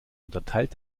unterteilt